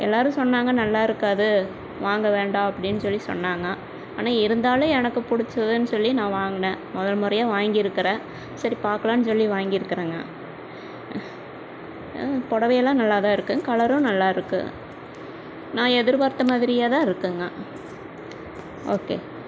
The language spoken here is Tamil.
எல்லோரும் சொன்னாங்கள் நல்லாருக்காது வாங்க வேண்டாம் அப்படின்னு சொல்லி சொன்னாங்கள் ஆனால் இருந்தாலும் எனக்கு பிடிச்சதுன்னு சொல்லி நான் வாங்குனேன் முதல் முறையாக வாங்கிருக்குறேன் சரி பார்க்கலாம்னு சொல்லி வாங்கிருக்குறேங்க புடவையெல்லாம் நல்லாதான் இருக்குது கலரும் நல்லாருக்குது நான் எதிர்பார்த்த மாதிரியே தான் இருக்குதுங்க ஓகே